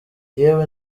yewe